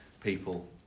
people